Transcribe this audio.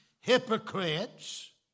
hypocrites